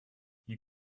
you